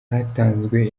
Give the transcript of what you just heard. hatanzwe